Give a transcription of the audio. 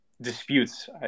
disputes